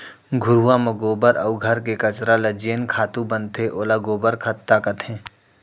घुरूवा म गोबर अउ घर के कचरा ले जेन खातू बनथे ओला गोबर खत्ता कथें